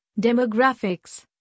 demographics